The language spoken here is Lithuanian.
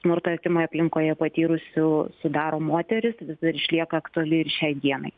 smurtą artimoje aplinkoje patyrusių sudaro moterys vis dar išlieka aktuali ir šiai dienai